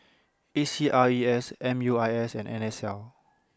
A C R E S M U I S and N S L